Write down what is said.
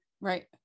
Right